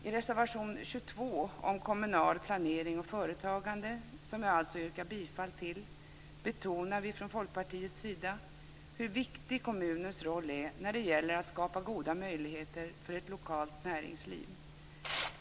I reservation 22 om kommunal planering och företagande, som jag alltså yrkar bifall till, betonar vi i Folkpartiet hur viktig kommunens roll är när det gäller att skapa goda möjligheter för ett lokalt näringsliv.